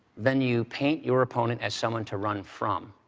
then you paint your opponent as someone to run from.